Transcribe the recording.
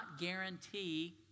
guarantee